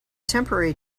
temporary